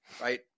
right